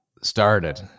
started